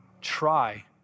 try